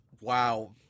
Wow